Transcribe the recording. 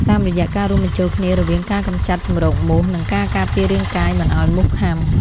តាមរយៈការរួមបញ្ចូលគ្នារវាងការកម្ចាត់ជម្រកមូស និងការការពាររាងកាយមិនឱ្យមូសខាំ។